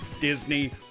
Disney